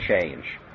change